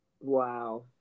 Wow